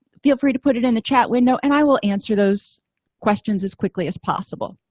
feel free to put it in the chat window and i will answer those questions as quickly as possible